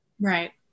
Right